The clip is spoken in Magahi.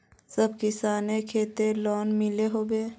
सब किसानेर केते लोन मिलोहो होबे?